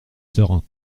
serein